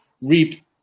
reap